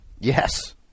Yes